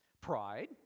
Pride